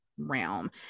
realm